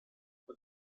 und